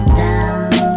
down